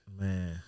Man